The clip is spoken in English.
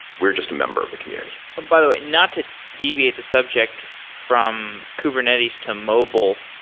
we're just a member of the community. by the way, not to deviate the subject from kubernetes to mobile,